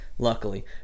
Luckily